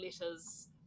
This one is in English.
letters